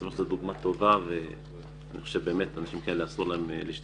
זו דוגמה טובה ואני חושב שלאנשים כאלו אסור להשתתף.